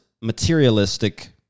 materialistic